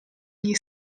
gli